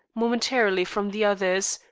momentarily from the others,